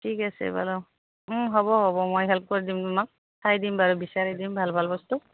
ঠিক আছে বাৰু হ'ব হ'ব মই হেল্প কৰি দিম তোমাক চাই দিম বাৰু বিচাৰি দিম ভাল ভাল বস্তু